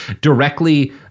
directly